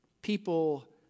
People